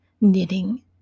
knitting